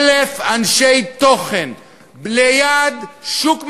1,000 אנשי תוכן ליד שוק מחנה-יהודה,